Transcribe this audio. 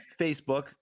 Facebook